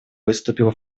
выступила